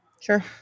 Sure